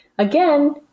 Again